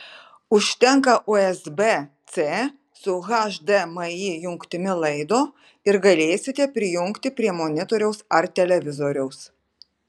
užtenka usb c su hdmi jungtimi laido ir galėsite prijungti prie monitoriaus ar televizoriaus